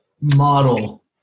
model